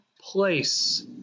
place